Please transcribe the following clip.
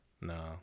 no